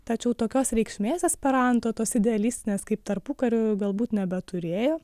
tačiau tokios reikšmės esperanto tos idealistinės kaip tarpukariu galbūt nebeturėjo